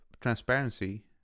transparency